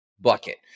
bucket